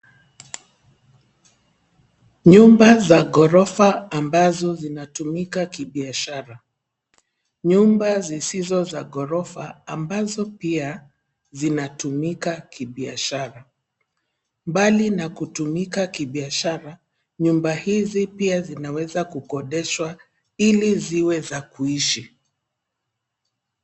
Nyumba za ghorofa ambazo zinatumika kibiashara, nyumba zisizo za ghorofa ambazo pia, zinatumika kibiashara. Mbali na kutumika kibiashara, nyumba hizi zinaweza kukodishwa, ili ziwe za kuishi.